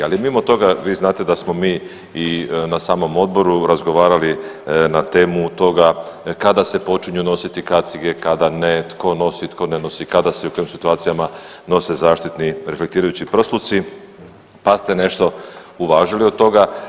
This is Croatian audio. Ali mimo toga vi znate da smo mi i na samom odboru razgovarali na temu toga kada se počinju nositi kacige, kada ne, tko nosi, tko ne nosi, kada se u kojim situacijama nose zaštitni reflektirajući prsluci pa ste nešto uvažili od toga.